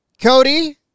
Cody